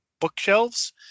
bookshelves